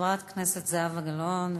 חברת הכנסת זהבה גלאון,